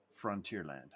Frontierland